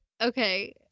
Okay